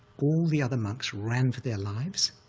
all the other monks ran for their lives,